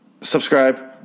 subscribe